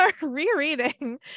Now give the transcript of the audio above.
rereading